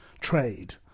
trade